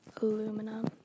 aluminum